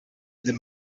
that